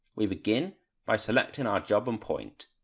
we begin by selecting our job and point.